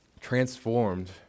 transformed